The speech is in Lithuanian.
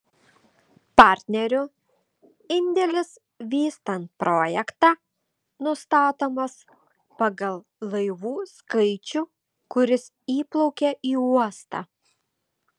partnerių indėlis vystant projektą nustatomas pagal laivų skaičių kuris įplaukia į uostą